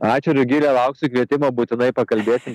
ačiū rugile lauksiu kvietimo būtinai pakalbėsim